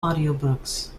audiobooks